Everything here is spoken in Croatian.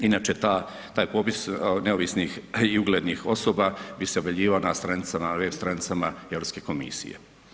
Inače taj popis neovisnih i uglednih osoba bi se objavljivao na stranicama, na web stranicama Europske komisije.